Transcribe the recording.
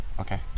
okay